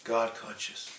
God-conscious